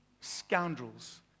scoundrels